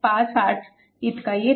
58 इतका येतो